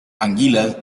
anguilas